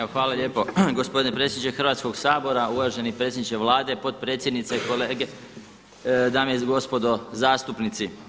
Evo hvala lijepo, gospodine predsjedniče Hrvatskoga sabora, uvaženi predsjedniče Vlade, potpredsjednici, kolege, dame i gospodo zastupnici.